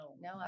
No